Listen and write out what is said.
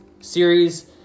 series